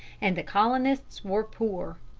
and the colonists were poor.